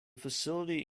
facility